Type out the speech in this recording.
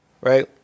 right